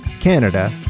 canada